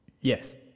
Yes